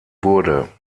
wurde